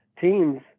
teams